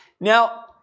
Now